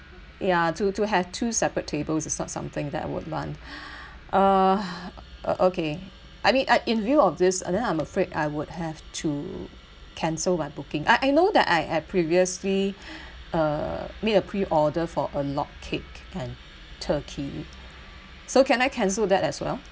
ya to to have two separate tables is not something that I would want uh uh okay I mean I in view of this and then I'm afraid I would have to cancel my booking I I know that I have previously uh made a pre order for a log cake and turkey so can I cancel that as well